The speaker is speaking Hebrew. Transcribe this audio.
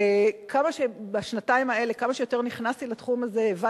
שכמה שנכנסתי לתחום הזה בשנתיים האלה,